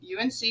UNC